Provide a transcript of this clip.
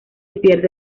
pierde